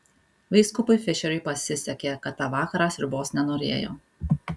vyskupui fišeriui pasisekė kad tą vakarą sriubos nenorėjo